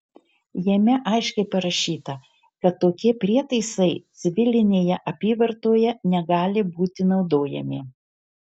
jame aiškiai parašyta kad tokie prietaisai civilinėje apyvartoje negali būti naudojami